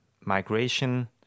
migration